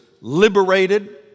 liberated